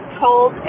told